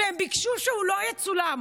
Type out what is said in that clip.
והם ביקשו שהוא לא יצולם?